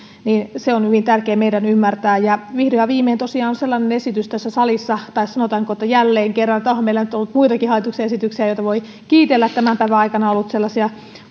on hyvin tärkeä meidän ymmärtää vihdoin ja viimein tosiaan on sellainen esitys tässä salissa jota voi kiitellä tai sanotaanko jälleen kerran onhan meillä nyt ollut muitakin hallituksen esityksiä joita voi kiitellä tämän päivän aikana on ollut sellaisia